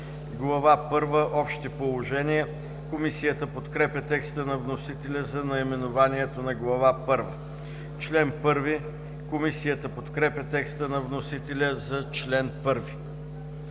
първа – Общи положения“. Комисията подкрепя текста на вносителя за наименованието на Глава първа. Комисията подкрепя текста на вносителя за чл. 1.